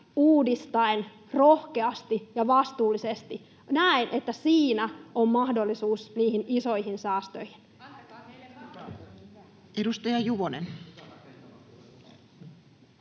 uudistaen rohkeasti ja vastuullisesti. Näen, että siinä on mahdollisuus niihin isoihin säästöihin. [Speech